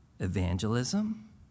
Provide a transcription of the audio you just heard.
evangelism